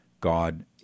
God